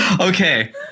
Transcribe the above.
Okay